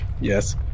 Yes